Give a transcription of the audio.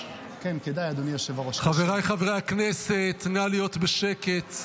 חבריי חברי הכנסת, נא להיות בשקט.